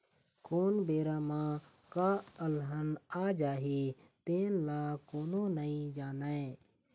कोन बेरा म का अलहन आ जाही तेन ल कोनो नइ जानय